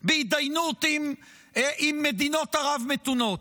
בהתדיינות עם מדינות ערב מתונות.